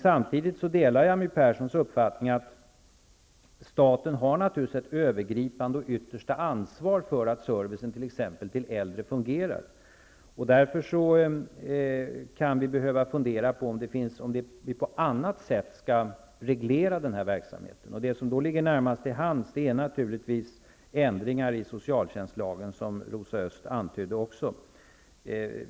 Samtidigt delar jag My Perssons uppfattning att staten har ett övergripande och yttersta ansvar för att servicen t.ex. till äldre fungerar. Därför kan vi behöva fundera på om vi på annat sätt skall reglera den här verksamheten. Det som då ligger närmast till hands är naturligtvis ändringar i socialtjänstlagen, som också Rosa Östh antydde.